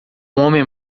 homem